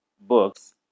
books